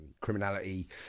criminality